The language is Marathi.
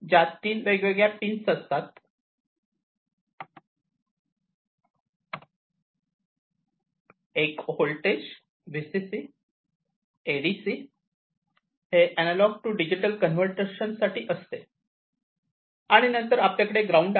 ज्यात तीन वेगवेगळ्या पिन्स असतात एक होल्टेज VCC ADC हे अनालॉग टू डिजिटल कन्वर्जन साठी असते आणि नंतर आपल्याकडे ग्राउंड आहे